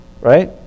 right